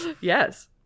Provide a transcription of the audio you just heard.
Yes